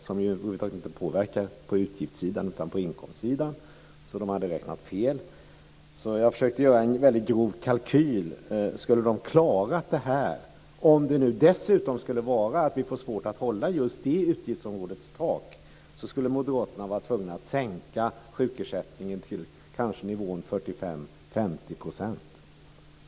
Det påverkar ju över huvud taget inte på utgiftssidan utan på inkomstsidan, så de hade räknat fel. Jag försökte göra en grov kalkyl: Skulle de ha klarat det här? Om vi dessutom skulle få svårt att hålla just det utgiftsområdets tak skulle Moderaterna vara tvungna att sänka sjukersättningen till nivån 45 50 %.